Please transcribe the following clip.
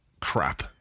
crap